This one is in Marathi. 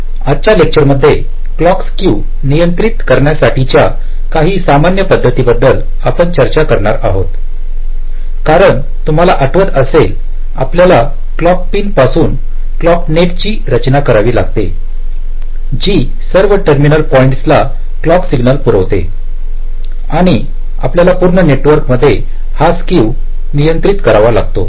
आजच्या लेक्चर मध्ये क्लोक स्केव नियंत्रित करण्यासाठीच्या काही सामान्य पद्धतीबद्दल आपण चर्चा करणार आहोत कारण तुम्हाला आठवत असेल आपल्याला क्लॉक पिन पासून क्लॉक नेट ची रचना करावी लागतेजी सर्व टर्मिनल पॉईंट्सला क्लॉक सिग्नल पुरवते आणि आपल्याला पूर्ण नेटवर्कमध्ये हा स्केव नियंत्रित करावा लागतो